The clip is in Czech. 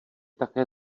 také